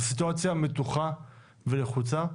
זו סיטואציה מתוחה ולחוצה,